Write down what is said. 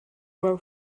grow